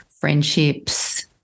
friendships